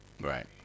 right